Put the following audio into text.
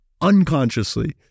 unconsciously